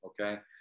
okay